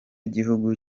gihugu